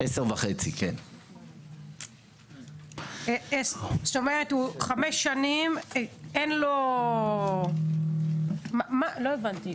כן, 10,500. לא הבנתי.